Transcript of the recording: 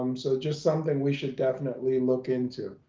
um so just something we should definitely look into.